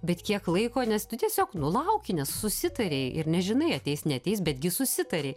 bet kiek laiko nes tu tiesiog nu lauki nes susitarei ir nežinai ateis neateis betgi susitarei